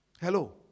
Hello